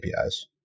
APIs